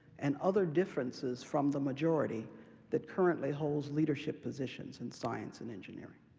and other differences from the majority that currently holds leadership positions in science and engineering.